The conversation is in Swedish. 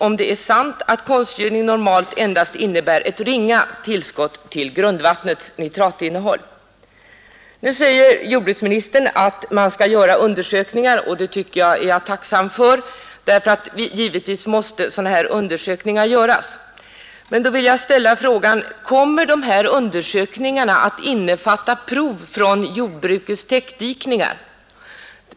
Är det riktigt att konstgödning normalt endast innebär ett ringa tillskott till grundvattnets nitratinnehåll? Nu säger jordbruksministern att man skall göra undersökningar på detta område, och det är jag tacksam för, eftersom sådana undersökningar givetvis måste utföras. Då vill jag ställa frågan: Kommer de här undersökningarna att innefatta prov från jordbrukets täckdikningar?